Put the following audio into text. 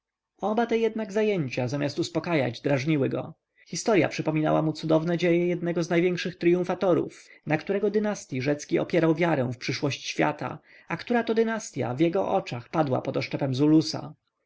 oba te jednak zajęcia zamiast uspokajać draźniły go historya przypominała mu cudowne dzieje jednego z największych tryumfatorów na którego dynastyi rzecki opierał wiarę w przyszłość świata a którato dynastya w jego oczach padła pod oszczepem zulusa